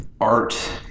art